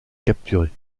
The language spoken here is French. capturée